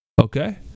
Okay